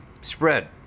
spread